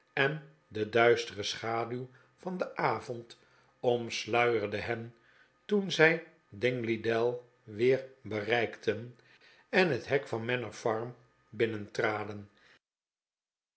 en de duistere schaduw van den avond omsluierde hen toen zij dingleydell weer bereikten en het hek van